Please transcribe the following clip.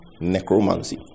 Necromancy